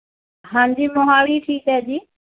ਹਾਂਜੀ ਮੋਹਾਲੀ ਠੀਕ ਹੈ ਜੀ